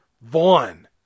Vaughn